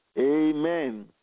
Amen